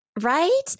Right